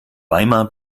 weimar